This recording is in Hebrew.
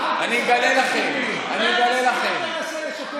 אני אגלה לכם, כן, אנחנו ממשיכי דרכו.